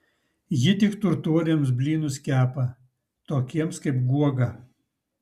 ji tik turtuoliams blynus kepa tokiems kaip guoga